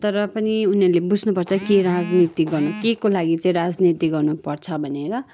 तर पनि उनीहरूले बुझ्नुपर्छ के राजनीति गर्नु के को लागि राजनीति गर्नुपर्छ भनेर